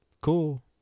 cool